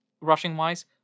rushing-wise